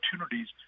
opportunities